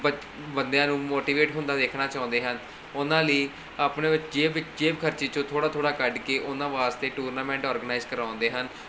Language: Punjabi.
ਬੱਚ ਬੰਦਿਆਂ ਨੂੰ ਮੋਟੀਵੇਟ ਹੁੰਦਾ ਦੇਖਣਾ ਚਾਹੁੰਦੇ ਹਨ ਉਹਨਾਂ ਲਈ ਆਪਣੇ ਜੇਬ ਜੇਬ ਖਰਚੀ 'ਚੋਂ ਥੋੜ੍ਹਾ ਥੋੜ੍ਹਾ ਕੱਢ ਕੇ ਉਹਨਾਂ ਵਾਸਤੇ ਟੂਰਨਾਮੈਂਟ ਔਰਗਨਾਈਜ਼ ਕਰਵਾਉਂਦੇ ਹਨ